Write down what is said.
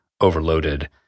overloaded